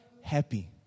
happy